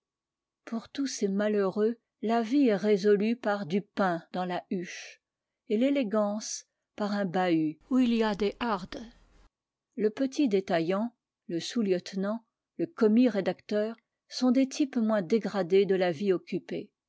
pour tous ces malheureux la vie est résolue par du pain dans la huche et l'élégance par un bahut où il y a des hardes le petit détaillant le sous-lieutenant le commis rédacteur sont des types moins dégradés de la vie occupée